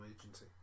agency